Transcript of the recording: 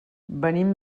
venim